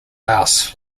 laos